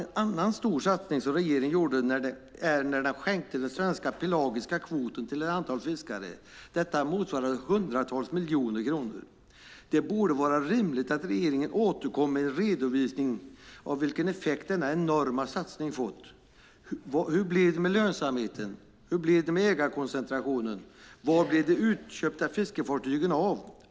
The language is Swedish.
En annan stor satsning som regeringen gjorde var att skänka den svenska pelagiska kvoten till ett antal fiskare. Detta motsvarade hundratals miljoner kronor. Det borde vara rimligt att regeringen återkom med en redovisning av vilken effekt denna enorma satsning fått. Hur blev det med lönsamheten? Hur blev det med ägarkoncentrationen? Var blev de utköpta fiskefartygen av?